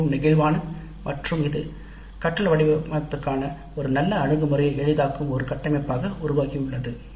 மிகவும் நெகிழ்வான மற்றும் இது கற்றல் வடிவமைப்பதற்கான ஒரு நல்ல அணுகுமுறையை எளிதாக்கும் ஒரு கட்டமைப்பாக உருவாகியுள்ளது